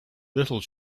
little